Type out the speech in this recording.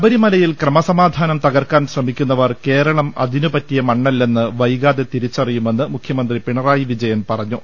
ശബരിമലയിൽ ക്രമസമാധാനം തകർക്കാൻ ശ്രമിക്കുന്നവർ കേരളം അതിനുപറ്റിയമണ്ണല്ലെന്ന് വൈകാതെ തിരിച്ചറിയുമെന്ന് മുഖ്യമന്ത്രി പിണ റായി വിജയൻ പറഞ്ഞു